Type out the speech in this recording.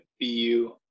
BU